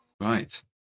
Right